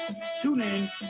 TuneIn